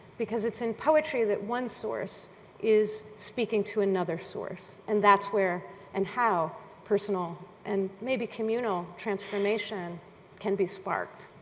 because it's in poetry that one source is speaking to another source, and that's where and how personal and maybe communal transformation can be sparked.